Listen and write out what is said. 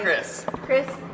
Chris